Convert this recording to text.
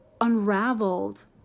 unraveled